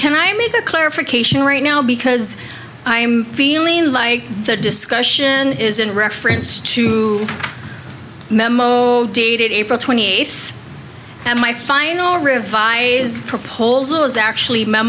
the clarification right now because i am feeling like the discussion is in reference to memo dated april twenty eighth and my final revised proposal is actually